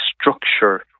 structure